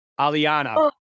Aliana